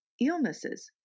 illnesses